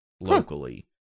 locally